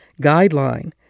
Guideline